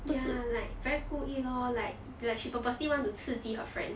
ya like very 故意 lor like like she purposely want to 刺激 her friend